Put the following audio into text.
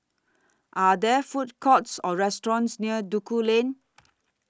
Are There Food Courts Or restaurants near Duku Lane